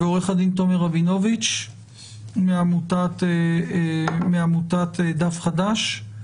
עורך הדין תומר רבינוביץ מעמותת 'דף חדש'.